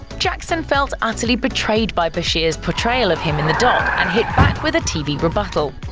jackson felt utterly betrayed by bashir's portrayal of him in the doc, and hit back with a tv rebuttal.